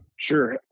Sure